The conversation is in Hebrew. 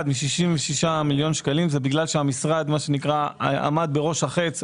מ-66 מיליון שקלים זה בגלל שהמשרד עמד בראש החץ,